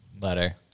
Letter